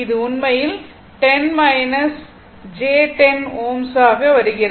இது உண்மையில் 10 j 10 Ω ஆக வருகிறது